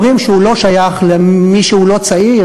אומרים שהוא לא שייך למי שהוא לא צעיר,